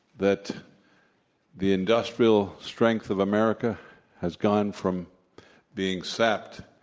that the industrial strength of america has gone from being sapped,